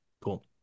Cool